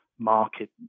market